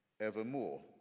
evermore